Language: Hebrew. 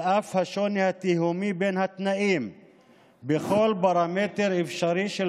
על אף השוני התהומי בכל פרמטר אפשרי בין התנאים